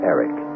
Eric